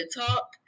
talk